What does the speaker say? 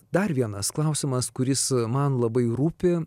dar vienas klausimas kuris man labai rūpi